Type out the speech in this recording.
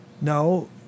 No